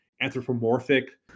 anthropomorphic